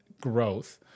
growth